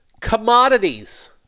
commodities